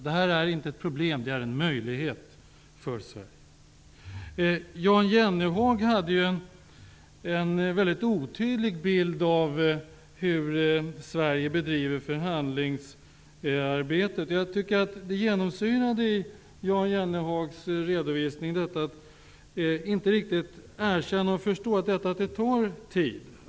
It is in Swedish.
Detta är inte ett problem, det är en möjlighet för Sverige. Jan Jennehag hade en otydlig bild av hur Sverige bedriver förhandlingsarbetet. Jan Jennehags redovisning genomsyrades av att han inte riktigt ville erkänna och förstå att det tar tid.